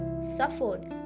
suffered